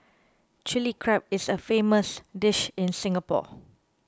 Chilli Crab is a famous dish in Singapore